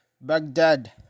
Baghdad